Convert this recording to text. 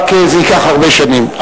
רק שזה ייקח הרבה שנים.